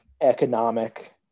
economic